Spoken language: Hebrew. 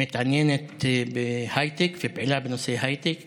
מתעניינת בהייטק, פעילה בנושא הייטק